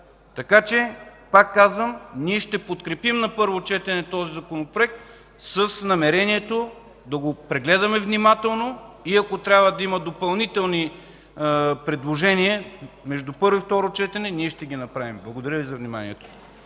система. Пак казвам, ние ще подкрепим на първо четене този Законопроект с намерението да го прегледаме внимателно и ако трябва да има допълнителни предложения между първо и второ четене, ще ги направим. Благодаря Ви за вниманието.